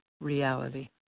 reality